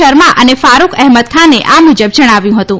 શર્મા અને ફારૂક અહેમદખાને આ મુજબ જણાવ્યું હતું